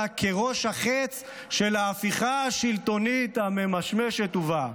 כראש החץ של ההפיכה השלטונית הממשמשת ובאה.